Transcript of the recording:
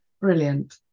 Brilliant